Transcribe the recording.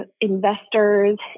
investors